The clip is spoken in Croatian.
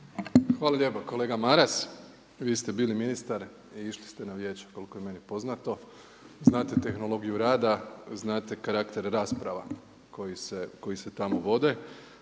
Hvala lijepa kolega Maras. Vi ste bili ministar i išli ste na vijeća koliko je meni poznato, znate tehnologiju rada, znate karakter rasprava koji se tamo vode.